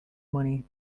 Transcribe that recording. money